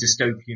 dystopian